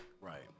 Right